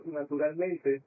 naturalmente